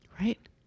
Right